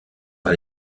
par